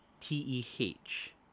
T-E-H